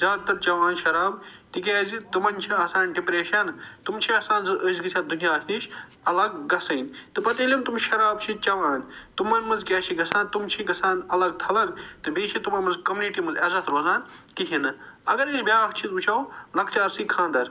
زیادٕ تر چٮ۪وان شراب تِکیٛازِ تِمن چھِ آسان ڈِپرٛٮ۪شن تِم چھِ یژھان زٕ أسۍ گٔژھ یَتھ دُنیاہس نِش الگ گژھٕنۍ تہٕ پتہٕ ییٚلہِ یِم تِم شراب چھِ چٮ۪وان تِمن منٛز کیٛاہ چھِ گَژھان تِم چھِ گژھان الگ تھلگ تہٕ بیٚیہِ چھِ تِمن منٛز کُمنِٹی منٛز عزت روزان کِہیٖنۍ نہٕ اگر أسۍ بیٛاکھ چیٖز وٕچھو لۄکچارسٕے خانٛدر